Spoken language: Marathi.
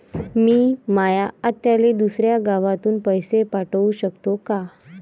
मी माया आत्याले दुसऱ्या गावातून पैसे पाठू शकतो का?